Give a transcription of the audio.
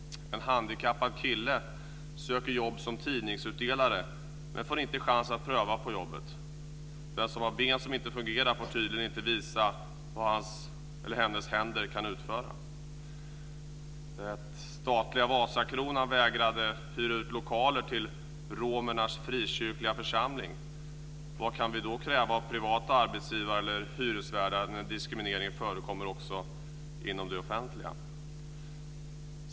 En handikappad kille söker jobb som tidningsutdelare, men får inte chans att pröva på jobbet. Den som har ben som inte fungerar får tydligen inte visa vad hans eller hennes händer kan utföra. Statliga Vasakronan vägrade att hyra ut lokaler till romernas frikyrkliga församling. Vad kan vi då kräva av privata arbetsgivare eller hyresvärdar när diskriminering förekommer också inom det offentliga?